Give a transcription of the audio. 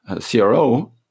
CRO